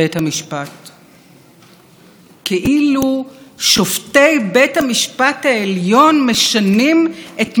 כאילו שופטי בית המשפט העליון משנים את המשטר של המדינה ללא הכר,